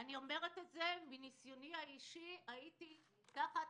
אני אומרת זאת מניסיוני האישי הייתי תחת